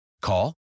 Call